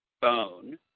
bone